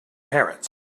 parrots